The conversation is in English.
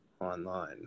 online